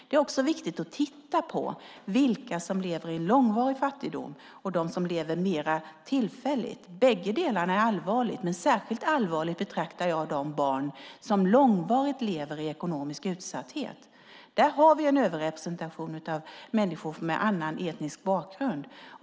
Det är också viktigt att titta på vilka som lever i långvarig fattigdom och vilka som gör det mer tillfälligt. Bägge delarna är allvarliga. Men jag betraktar det som särskilt allvarligt för de barn som långvarigt lever i ekonomisk utsatthet. Där har vi en överrepresentation av människor med annan etnisk bakgrund.